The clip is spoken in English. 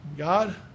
God